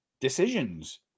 decisions